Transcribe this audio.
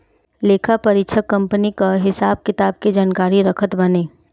लेखापरीक्षक कंपनी कअ हिसाब किताब के जानकारी रखत बाने